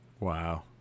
Wow